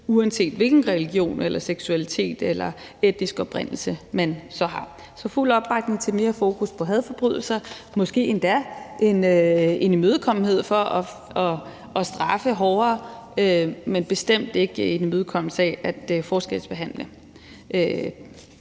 uanset hvilken religion, seksualitet eller etnisk oprindelse man så har. Så der er fuld opbakning til mere fokus på hadforbrydelser, måske endda en imødekommenhed over for at straffe hårdere, men bestemt ikke en imødekommelse af at forskelsbehandle